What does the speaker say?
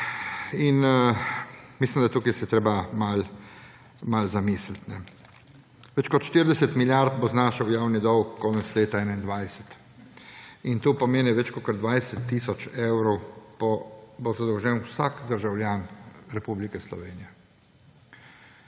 In mislim, da se je tukaj treba malo zamisliti. Več kot 40 milijard bo znašal javni dolg konec leta 2021 in to pomeni, da bo več kot 20 tisoč evrov zadolžen vsak državljan Republike Slovenije.